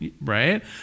right